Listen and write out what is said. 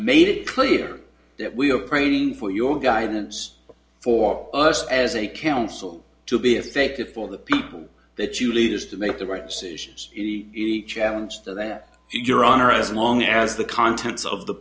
made it clear that we are praying for your guidance for us as a council to be effective for the people that you lead us to make the right decisions the challenge to that your honor as long as the contents of the